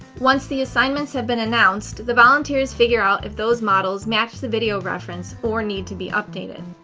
once the assignments have been announced, the volunteers figure out if those models match the video reference or need to be updated.